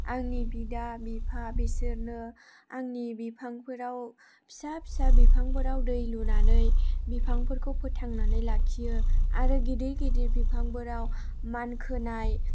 आंनि बिदा बिफा बिसोरनो आंनि बिफांफोराव फिसा फिसा बिफांफोराव दै लुनानै बिफांफोरखौ फोथांनानै लाखियो आरो गिदिर गिदिर बिफांफोराव मानखोनाय